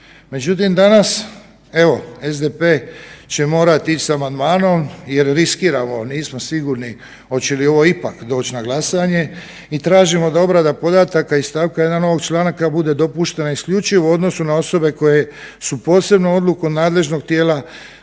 Međutim, danas SDP će morat ići s amandmanom jer riskiramo, nismo sigurni hoće li ovo ipak doći na glasanje i tražimo da obrada podataka i st. 1. ovog članka bude dopuštena isključivo u odnosu na osobe koje su posebnom odlukom nadležnog tijela